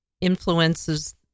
influences